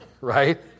Right